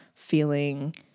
feeling